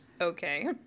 Okay